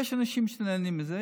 יש אנשים שנהנים מזה.